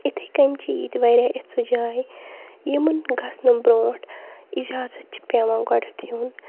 اِتھَے کٔنۍ چھِ ییٚتہِ واریاہ اِژھٕ جاے یِمَن گَژھنہٕ برٛونٛٹھ اِجازَت چھِ پٮ۪وان گۄڈٮ۪تھ ہیوٚن